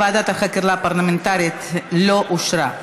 ההצעה להקים ועדת חקירה פרלמנטרית לא אושרה.